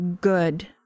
good